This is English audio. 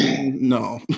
no